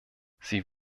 sie